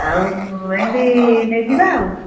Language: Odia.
ଆଉ ଏମତି ନେଇଯିବା ଆଉ